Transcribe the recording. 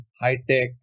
high-tech